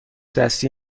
دستی